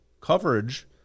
coverage